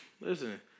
Listen